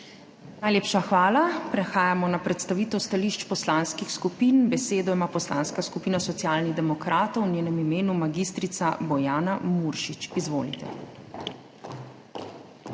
Najlepša hvala. Prehajamo na predstavitev stališč poslanskih skupin. Besedo ima Poslanska skupina Socialnih demokratov, v njenem imenu mag. Bojana Muršič. Izvolite.